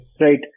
Right